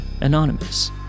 anonymous